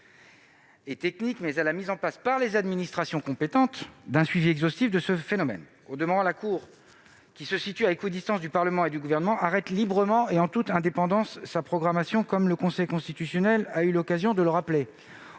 et techniques, mais à la mise en place, par les administrations compétentes, d'un suivi exhaustif de ce phénomène. Au demeurant, la Cour, qui se situe à équidistance du Parlement et du Gouvernement, arrête librement et en toute indépendance sa programmation, comme le Conseil constitutionnel a eu l'occasion de le rappeler.